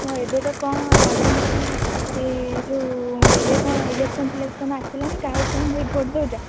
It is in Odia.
ହଁ ଏବେ ତ କ'ଣ ରାଜନୀତି ଯେଉଁ ଏବେ କ'ଣ ଇଲେକ୍ସନ୍ ଫିଲେକ୍ସନ୍ ଆସିଲାନି କାହାକୁ କ'ଣ ନେଇ ଭୋଟ୍ ଦେଉଛ